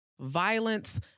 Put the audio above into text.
violence